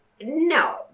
no